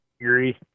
agree